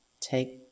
take